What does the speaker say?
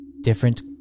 Different